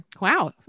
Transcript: Wow